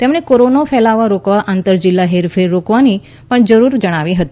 તેમણે કોરોનાનો ફેલાવો રોકવા આંતરજીલ્લા હેરફેર રોકવાની જરૂર પણ જણાવી હતી